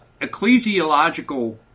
ecclesiological